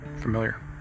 familiar